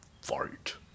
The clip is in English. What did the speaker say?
Fart